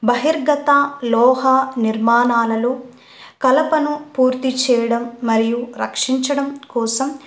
బహిర్గత లోహ నిర్మాణాలలో కలపను పూర్తి చెయ్యడం మరియు రక్షించడం కోసం